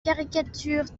caricature